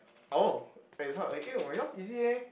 oh eh this one eh no yours easy eh